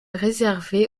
réservé